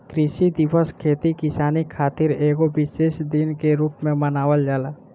कृषि दिवस खेती किसानी खातिर एगो विशेष दिन के रूप में मनावल जाला